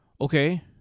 Okay